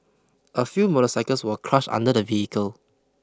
a few motorcycles were crushed under the vehicle